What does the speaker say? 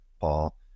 Paul